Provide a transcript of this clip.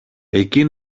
εκεί